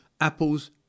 apples